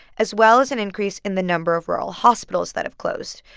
as well as an increase in the number of rural hospitals that have closed,